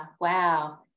wow